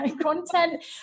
content